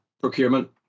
procurement